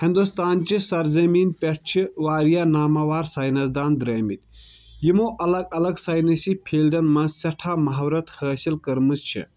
ہِنٛدُستانچہِ سرزمیٖن پٮ۪ٹھ چھِ واریاہ ناماوار ساینسدان درٲمٕتۍ یِمو الگ الگ ساینَسی فیٖلڈن منٛز سٮ۪ٹھاہ مہارَت حٲصِل کٔرمٕژ چھےٚ